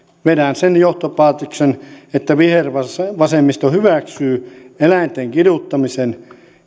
vedän sen johtopäätöksen että vihervasemmisto hyväksyy eläinten kiduttamisen